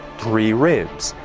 three ribs.